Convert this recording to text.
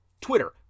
twitter